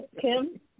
Kim